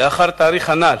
לאחר התאריך הנ"ל,